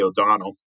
O'Donnell